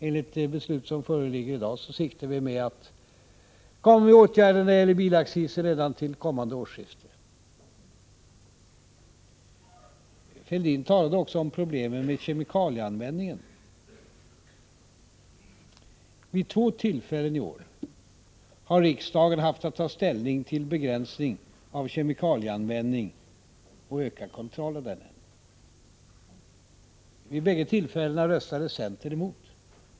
Enligt det förslag som föreligger i dag siktar vi till åtgärder beträffande bilaccisen redan till kommande årsskifte. Thorbjörn Fälldin talade också om problemen med kemikalieanvändningen. Vid två tillfällen i år har riksdagen haft att ta ställning till en begränsning av kemikalieanvändningen och ökad kontroll av den. Vid bägge tillfällena röstade centern emot.